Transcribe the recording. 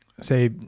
say